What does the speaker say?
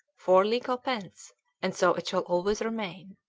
four legal pence and so it shall always remain.